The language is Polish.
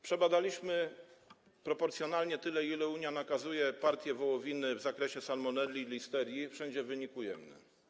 Przebadaliśmy proporcjonalnie tyle, ile Unia nakazuje, partie wołowiny w zakresie salmonelli i listerii - wszędzie wynik ujemny.